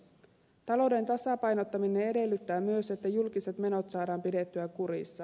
talouden tasapainottaminen edellyttää myös että julkiset menot saadaan pidettyä kurissa